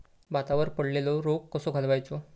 भातावर पडलेलो रोग कसो घालवायचो?